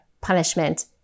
punishment